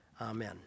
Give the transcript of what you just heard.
Amen